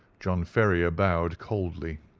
john ferrier bowed coldly.